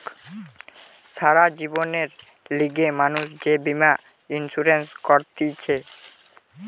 সারা জীবনের লিগে মানুষ যে বীমা ইন্সুরেন্স করতিছে